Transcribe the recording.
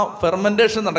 fermentation